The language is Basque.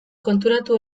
konturatu